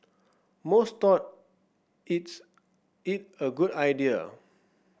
most thought it's it a good idea